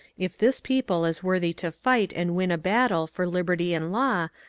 if this people is worthy to fight and win a battle for liberty and law,